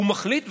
הוא מחליט,